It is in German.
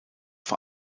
vor